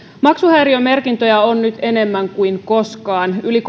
maksuhäiriömerkintöjä on nyt enemmän kuin koskaan yli